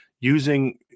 Using